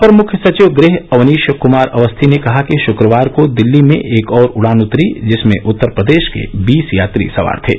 अपर मुख्य सचिव गृह अवनीश कमार अवस्थी ने कहा कि शुक्रवार को दिल्ली में एक और उडान उतरी जिसमें उत्तर प्रदेश के बीस यात्री सवार थे